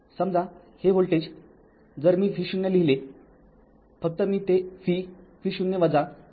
समजा हे व्होल्टेज जर मी v0 लिहिले फक्त मी ते v v0 म्हणत आहे